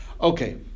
Okay